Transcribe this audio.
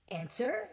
answer